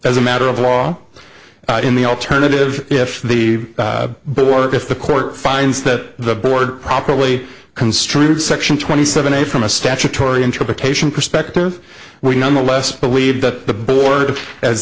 as a matter of law in the alternative if the board if the court finds that the board properly construed section twenty seven a from a statutory interpretation perspective we nonetheless believe that the board as